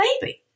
baby